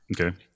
Okay